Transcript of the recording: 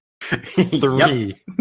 Three